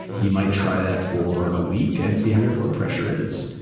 you might try that for a week and see how your blood pressure is.